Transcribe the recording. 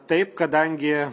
taip kadangi